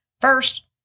First